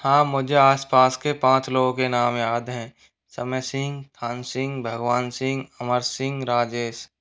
हाँ मुझे आस पास के पाँच लोगों के नाम याद हैं समय सिंह थान सिंह भगवान सिंह अमर सिंह राजेश